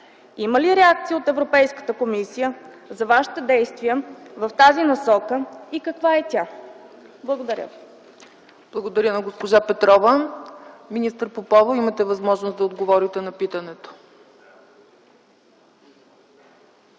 Има ли реакция от Европейската комисия за вашите действия в тази насока и каква е тя? Благодаря ви. ПРЕДСЕДАТЕЛ ЦЕЦКА ЦАЧЕВА: Благодаря на госпожа Петрова. Министър Попова, имате възможност да отговорите на питането.